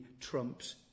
trumps